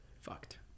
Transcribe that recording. Fucked